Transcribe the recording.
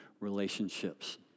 relationships